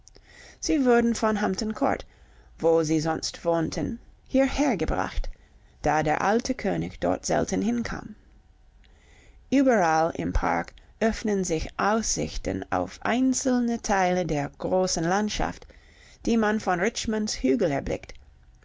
sie wurden von hampton court wo sie sonst wohnten hierher gebracht da der alte könig dort selten hinkam überall im park öffnen sich aussichten auf einzelne teile der großen landschaft die man von richmonds hügel erblickt